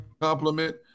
compliment